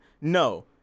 No